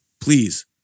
please